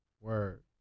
Word